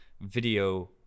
video